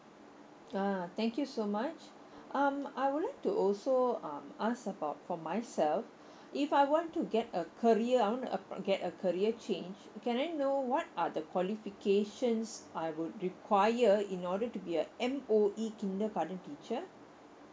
ah thank you so much um I would like to also um ask about for myself if I want to get a career I want to get a career change can I know what are the qualifications I would require in order to be a M_O_E kindergarten teacher